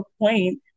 point